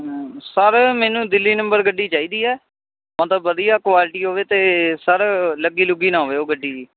sir ਮੈਨੂੰ Delhi number ਗੱਡੀ ਚਾਹੀਦੀ ਹੈ ਮਤਲਬ ਵਧੀਆ ਕੋਆਲਟੀ ਹੋਵੇ ਅਤੇ ਸਰ ਲੱਗੀ ਲੁੱਗੀ ਨਾ ਹੋਵੇ ਉਹ ਗੱਡੀ ਜੀ